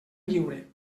lliure